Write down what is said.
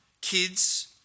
kids